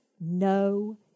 no